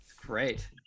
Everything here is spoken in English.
Great